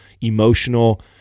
emotional